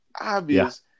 obvious